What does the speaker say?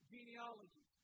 Genealogy